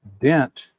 Dent